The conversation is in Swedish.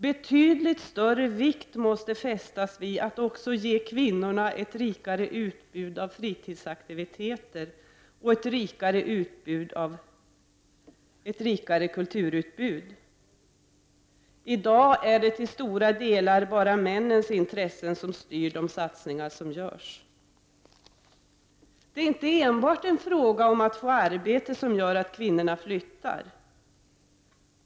Betydligt större vikt måste fästas vid att ge också kvinnorna ett rikare utbud av fritidsaktiviteter och ett bredare kulturutbud. I dag är det till stora delar bara männens intressen som styr de satsningar som görs. Det är inte enbart möjligheten att få arbete som gör att kvinnorna flyttar.